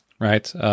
right